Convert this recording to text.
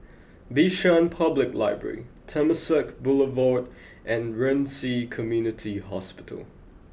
Bishan Public Library Temasek Boulevard and Ren Ci Community Hospital